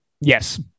Yes